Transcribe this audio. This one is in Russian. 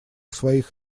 своих